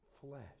Flesh